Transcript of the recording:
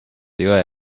jõe